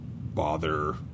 bother